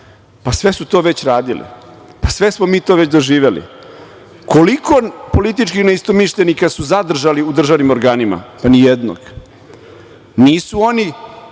Sve su to već radili. Sve smo mi to već doživeli. Koliko političkih neistomišljenika su zadržali u državnim organima? Ni jednog. Nisu oni